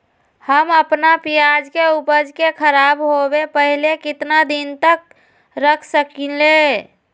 हम अपना प्याज के ऊपज के खराब होबे पहले कितना दिन तक रख सकीं ले?